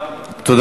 תודה.